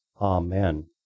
Amen